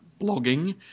blogging